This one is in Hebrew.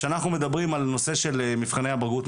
כשאנחנו מדברים על נושא של מבחני הבגרות,